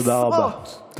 עשרות.